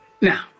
Now